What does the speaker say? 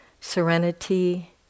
serenity